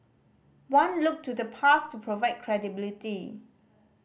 one looked to the past to provide credibility